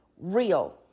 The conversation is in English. real